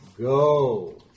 Go